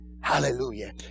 Hallelujah